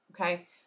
Okay